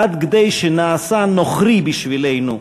עד כדי שנעשה נוכרי בשבילנו,